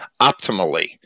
optimally